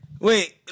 Wait